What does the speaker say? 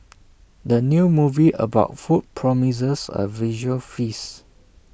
the new movie about food promises A visual feast